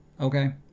Okay